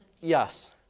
Yes